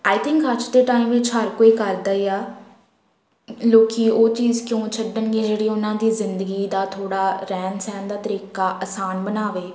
ਆਈ think ਅੱਜ ਦੇ time ਵਿੱਚ ਹਰ ਕੋਈ ਕਰਦਾ ਹੀ ਆ ਲੋਕ ਉਹ ਚੀਜ਼ ਕਿਉਂ ਛੱਡਣਗੇ ਜਿਹੜੀ ਉਹਨਾਂ ਦੀ ਜ਼ਿੰਦਗੀ ਦਾ ਥੋੜ੍ਹਾ ਰਹਿਣ ਸਹਿਣ ਦਾ ਤਰੀਕਾ ਆਸਾਨ ਬਣਾਵੇ